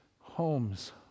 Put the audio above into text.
homes